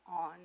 on